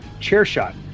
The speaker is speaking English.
CHAIRSHOT